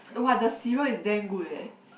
!wah! the cereal is damn good eh